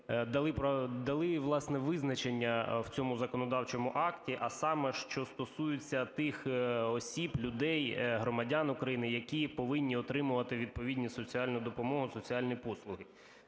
дали, власне, визначення в цьому законодавчому акті, а саме, що стосується тих осіб, людей, громадян України, які повинні отримувати відповідну соціальну допомогу, соціальні послуги.